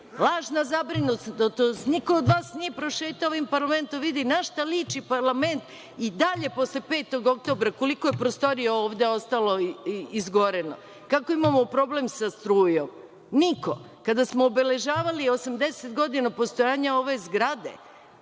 tako. Lažna zabrinutost. Niko od vas nije prošetao ovim parlamentom da vidi na šta liči parlament i koliko je i dalje posle 5. oktobra prostorija ovde ostalo izgoreno, kako imamo problem sa strujom. Kada smo obeležavali 80 godina postojanja ove zgrade,